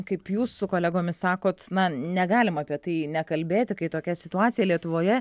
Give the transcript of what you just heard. kaip jūs su kolegomis sakot na negalima apie tai nekalbėti kai tokia situacija lietuvoje